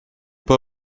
pas